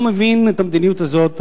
אני לא מבין את המדיניות הזאת,